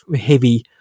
heavy